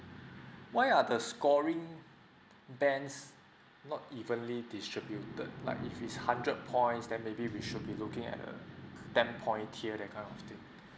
why are the scoring bands not evenly distributed like if it's hundred points then maybe we should be looking at err ten point here that kind of thing